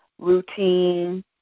routine